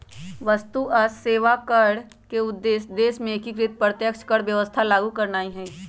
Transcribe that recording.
वस्तु आऽ सेवा कर के उद्देश्य देश में एकीकृत अप्रत्यक्ष कर व्यवस्था लागू करनाइ हइ